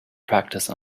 practice